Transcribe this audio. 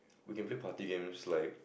we can play party games like